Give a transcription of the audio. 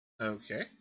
Okay